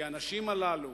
כי הנשים הללו,